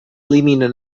elimina